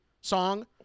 song